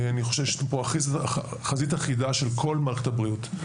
אני חושב שיש פה חזית אחידה של כל מערכת הבריאות.